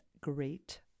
great